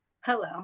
Hello